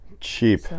cheap